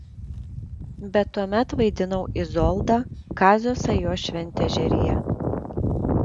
bet tuomet vaidinau izoldą kazio sajos šventežeryje